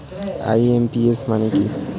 IMPS মানে কি?